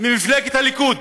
ממפלגת הליכוד,